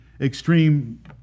extreme